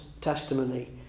testimony